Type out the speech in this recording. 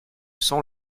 sans